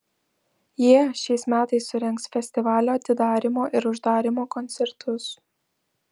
jie šiais metais surengs festivalio atidarymo ir uždarymo koncertus